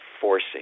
forcing